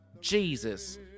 Jesus